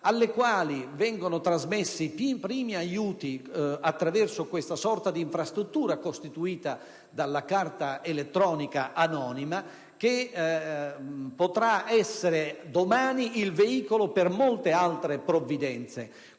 alle quali vengono trasmessi i primi aiuti attraverso questa sorta di infrastruttura costituita dalla carta elettronica anonima, che potrà essere domani il veicolo per molte altre provvidenze.